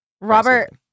Robert